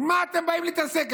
מה אתם באים להתעסק?